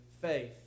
Faith